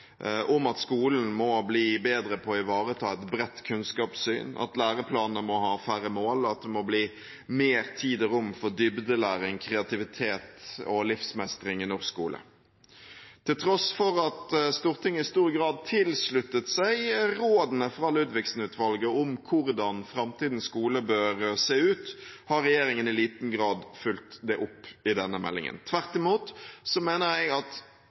om at skolen må bli bedre på å ivareta et bredt kunnskapssyn, at læreplanene må ha færre mål, og at det må bli mer tid og rom for dybdelæring, kreativitet og livsmestring i norsk skole. Til tross for at Stortinget i stor grad tilsluttet seg rådene fra Ludvigsen-utvalget om hvordan framtidens skole bør se ut, har regjeringen i liten grad fulgt det opp i denne meldingen. Tvert imot mener jeg at